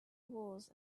wars